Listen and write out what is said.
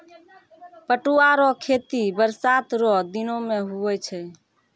पटुआ रो खेती बरसात रो दिनो मे हुवै छै